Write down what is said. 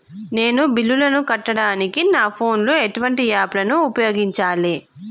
నేను బిల్లులను కట్టడానికి నా ఫోన్ లో ఎటువంటి యాప్ లను ఉపయోగించాలే?